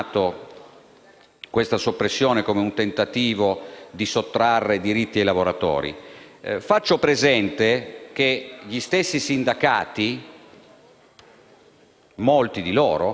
questa soppressione come un tentativo di sottrarre diritti ai lavoratori. Faccio presente che gli stessi sindacati - molti di loro